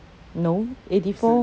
no eighty four